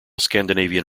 scandinavian